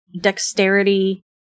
dexterity